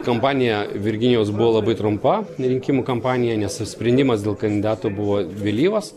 kampanija virginijaus buvo labai trumpa ne rinkimų kampanija nes sprendimas dėl kandidato buvo vėlyvas